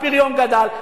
הפריון גדל,